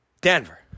Denver